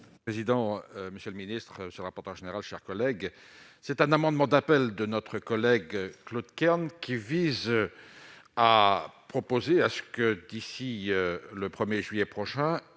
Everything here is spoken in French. monsieur Kahn. Président, monsieur le ministre, ce rapporteur général, chers collègues, c'est un amendement d'appel de notre collègue Claude Kern, qui vise à proposer à ce que, d'ici le 1er juillet prochain